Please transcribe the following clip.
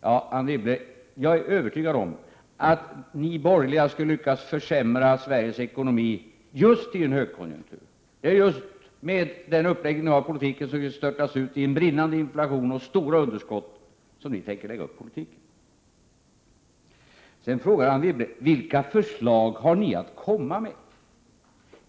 Ja, Anne Wibble, jag är övertygad om att ni borgerliga skulle lyckas att försämra Sveriges ekonomi i just en högkonjunktur. Med den uppläggning av politiken som ni tänker er skulle vi störtas ut i en brinnande inflation och stora underskott. Vidare frågar Anne Wibble vilka förslag vi har att komma med.